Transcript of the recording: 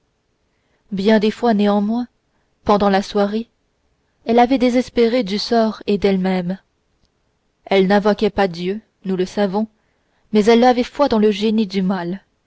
bien des fois néanmoins pendant la soirée elle avait désespéré du sort et d'elle-même elle n'invoquait pas dieu nous le savons mais elle avait foi dans le génie du mal